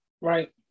Right